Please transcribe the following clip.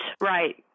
Right